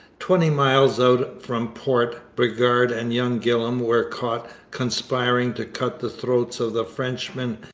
twenty miles out from port, bridgar and young gillam were caught conspiring to cut the throats of the frenchmen,